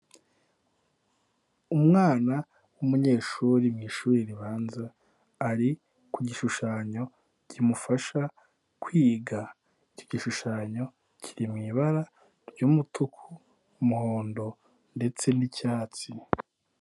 Umwana w'umunyeshuri mu ishuri ribanza, ari ku gishushanyo kimufasha kwiga. Iki gishushanyo kiri mu ibara ry'umutuku, umuhondo ndetse n'icyatsi.